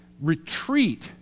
retreat